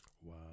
Wow